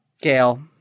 Gail